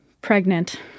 pregnant